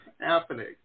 happening